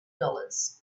dollars